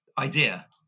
idea